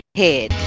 head